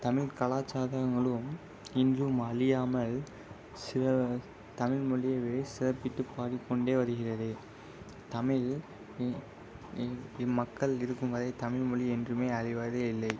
தமிழ் கலாச்சாரங்களும் இன்றும் அழியாமல் சில தமிழ் மொழியவே சிறப்பித்து பாடிக்கொண்டே வருகிறது தமிழ் இ இ இது மக்கள் இருக்கும் வரை தமிழ்மொழி என்றுமே அழிவதே இல்லை